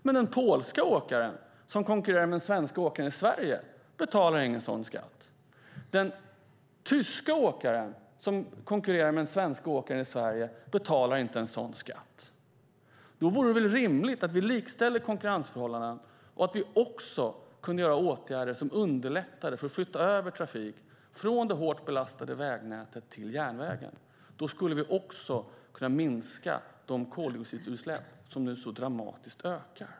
Men den polska åkaren som konkurrerar med den svenska åkaren i Sverige betalar ingen sådan skatt. Den tyska åkaren som konkurrerar med den svenska åkaren i Sverige betalar inte en sådan skatt. Då vore det väl rimligt att vi likställer konkurrensförhållandena och att vi vidtar åtgärder som underlättar för att flytta över trafik från det hårt belastade vägnätet till järnvägen. Då skulle vi också kunna minska de koldioxidutsläpp som nu så dramatiskt ökar.